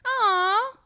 Aw